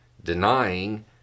denying